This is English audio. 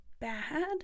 bad